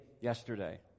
yesterday